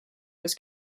was